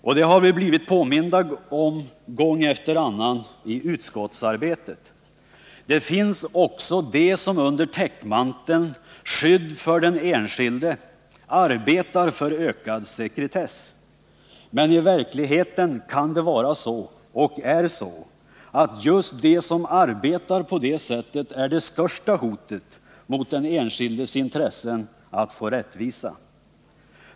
Om det har vi blivit påminda gång efter annan i utskottsarbetet. Det finns också de som under täckmanteln skydd för den enskilde arbetar för ökad sekretess. Men i verkligheten kan det vara så — ja, det är så — att just de som arbetar på det sättet är det största hotet mot den enskildes intresse att få rättvisa.